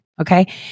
Okay